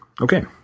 Okay